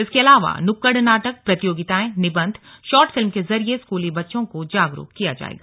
इसके अलावा नुक्कड नाटक प्रतियोगिताएं निबन्ध शॉर्ट फिल्म के जरिए स्कूली बच्चों को जागरूक किया जाएगा